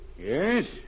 Yes